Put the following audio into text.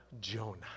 Jonah